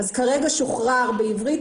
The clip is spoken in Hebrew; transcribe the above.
אז כרגע שוחרר בעברית,